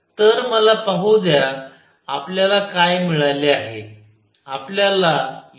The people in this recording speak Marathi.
तर मला पाहू द्या आपल्याला काय मिळाले आहे